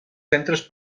centres